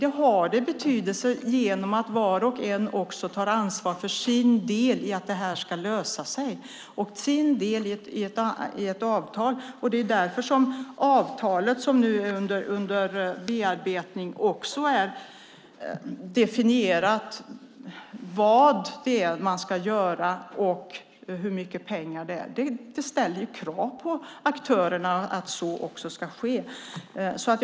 Det har betydelse genom att var och en tar ansvar för sin del i avtalet för att det här ska lösa sig. Det är därför som det i avtalet, som nu är under bearbetning, också är definierat vad man ska göra och hur mycket pengar det är. Det ställer krav på aktörerna. Krister Örnfjäder!